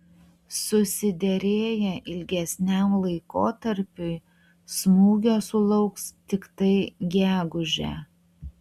susiderėję ilgesniam laikotarpiui smūgio sulauks tiktai gegužę